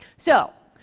so,